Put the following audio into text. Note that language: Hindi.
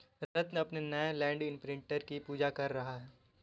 रत्न अपने नए लैंड इंप्रिंटर की पूजा कर रहा है